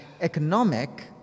economic